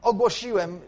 Ogłosiłem